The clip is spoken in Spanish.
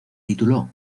tituló